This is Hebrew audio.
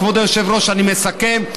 כבוד היושב-ראש, אני מסכם.